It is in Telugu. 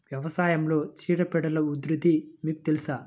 వ్యవసాయంలో చీడపీడల ఉధృతి మీకు తెలుసా?